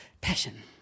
Passion